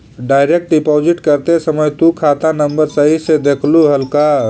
Direct deposit करते समय तु खाता नंबर सही से देखलू हल का?